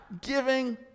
giving